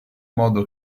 modo